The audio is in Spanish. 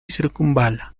circunvala